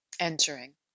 entering